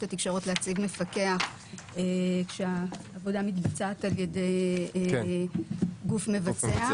התקשורת להציב מפקח שהעבודה מתבצעת על ידי גוף מבצע.